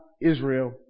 israel